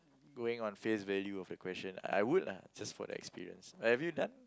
going on face value of the question I would lah just for the experience but have you done